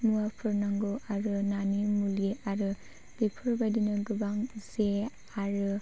मुवाफोर नांगौ आरो नानि मुलि आरो बेफोरबायदिनो गोबां जे आरो